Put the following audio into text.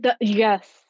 Yes